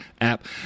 app